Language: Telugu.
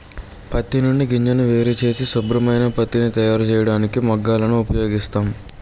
పత్తి నుండి గింజను వేరుచేసి శుభ్రమైన పత్తిని తయారుచేయడానికి మగ్గాలను ఉపయోగిస్తాం